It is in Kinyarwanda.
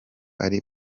ari